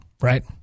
right